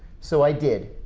so i did.